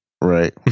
Right